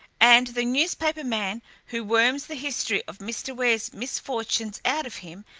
and the newspaper man who worms the history of mr. ware's misfortunes out of him,